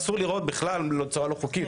אסור לירות בצורה בלתי חוקית,